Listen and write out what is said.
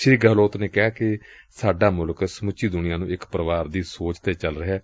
ਸ੍ਰੀ ਗਹਿਲੋਤ ਨੇ ਕਿਹਾ ਕਿ ਸਾਡਾ ਮੁਲਕ ਸਮੁੱਚੀ ਦੁਨੀਆਂ ਨੂੰ ਇਕ ਪਰਿਵਾਰ ਦੀ ਸੋਚ ਤੇ ਚੱਲ ਰਿਹੈ